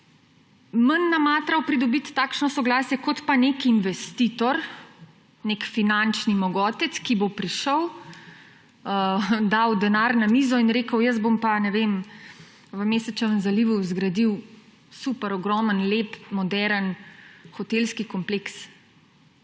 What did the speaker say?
manj namatral pridobiti takšno soglasje kot pa nek investitor, nek finančni mogotec, ki bo prišel, dal denar na mizo in rekel, jaz bom pa, ne vem, v Mesečevem zalivu zgradil super, ogromen, lep, moderen hotelski kompleks.